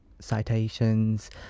citations